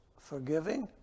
Forgiving